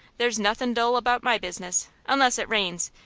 there's nothin' dull about my business, unless it rains,